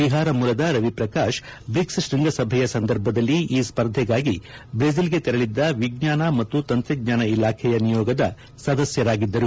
ಬಿಹಾರ ಮೂಲದ ರವಿಪ್ರಕಾತ್ ಬ್ರಿಕ್ಸ್ ಶೃಂಗಸಭೆಯ ಸಂದರ್ಭದಲ್ಲಿ ಈ ಸ್ಪರ್ಧೆಗಾಗಿ ಬ್ರೆಜಿಲ್ಗೆ ತೆರಳದ್ದ ವಿಜ್ವಾನ ಮತ್ತು ತಂತ್ರಜ್ವಾನ ಇಲಾಖೆಯ ನಿಯೋಗದ ಸದಸ್ಥರಾಗಿದ್ದರು